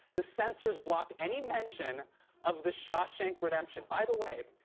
the censors blocked any mention of the shawshank redemption. by the way,